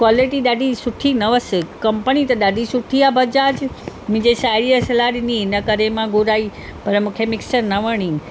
quality ॾाढी सुठी न हुअसि कम्पनी त ॾाढी सुठी आहे बजाज मुंहिंजे साहेड़ीअ सलाहु ॾिञी हिनकरे मां घुराई पर मूंखे मिक्सर न वणी